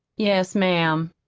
yes, ma'am.